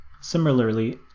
Similarly